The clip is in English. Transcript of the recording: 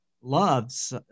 loves